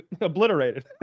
obliterated